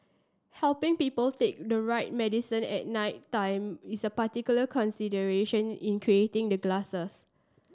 helping people take the right medicine at night time is a particular consideration in creating the glasses